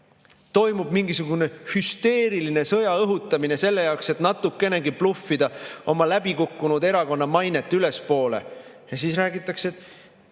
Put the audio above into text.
Toimub mingisugune hüsteeriline sõjaõhutamine selle jaoks, et natukenegi bluffida oma läbikukkunud erakonna mainet ülespoole. Ja siis räägitakse, et